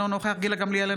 אינו נוכח גילה גמליאל,